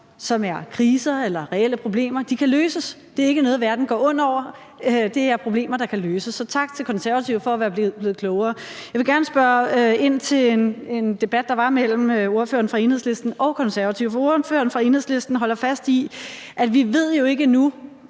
som er kriser eller reelle problemer, kan løses. Det er ikke noget, verden går under af. Det er problemer, der kan løses. Så tak til Konservative for at være blevet klogere. Jeg vil gerne spørge ind til en debat, der var mellem ordføreren fra Enhedslisten og Konservative, for ordføreren fra Enhedslisten holder fast i, at vi jo ikke endnu